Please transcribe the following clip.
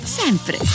sempre